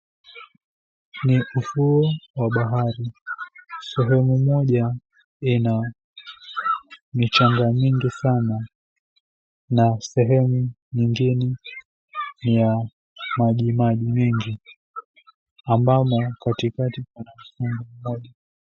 Ni ufuo wa bahari sehemu moja ina michanga mingi sana na sehemu ingine ina maji maji mengi na michanga mingi sana